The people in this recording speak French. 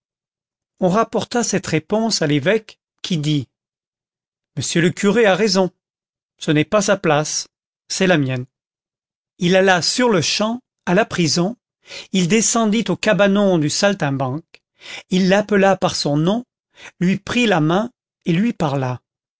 on rapporta cette réponse à l'évêque qui dit monsieur le curé a raison ce n'est pas sa place c'est la mienne il alla sur-le-champ à la prison il descendit au cabanon du saltimbanque il l'appela par son nom lui prit la main et lui parla